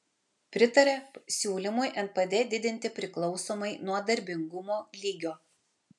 pritaria siūlymui npd didinti priklausomai nuo darbingumo lygio